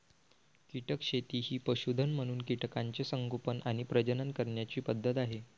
कीटक शेती ही पशुधन म्हणून कीटकांचे संगोपन आणि प्रजनन करण्याची पद्धत आहे